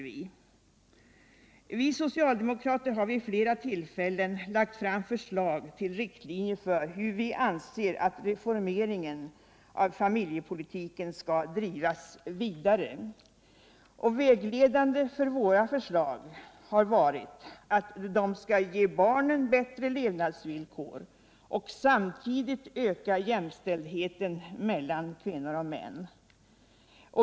Vi socialdemokrater har vid flera tillfällen lagt fram förslag till riktlinjer för hur vi anser att reformeringen av familjepolitiken skall drivas vidare. Vägledande för våra förslag har varit att vi skall ge barnen bättre Ilevnadsvillkor och samtidigt öka jämställdheten mellan kvinnor och män.